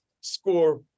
score